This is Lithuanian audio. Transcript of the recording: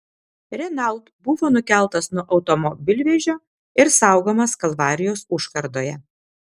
renault buvo nukeltas nuo automobilvežio ir saugomas kalvarijos užkardoje